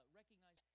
recognize